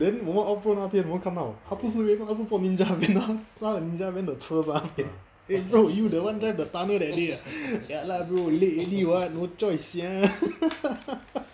then 我们 out pro 那天我们看他不是 red mart 他是做 ninja van 他他的 ninja van 的车在那边 eh bro you the one driver the tunnel that day ah ya lah bro late already [what] no choice sia